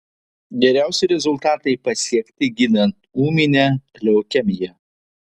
geriausi rezultatai pasiekti gydant ūminę leukemiją